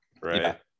right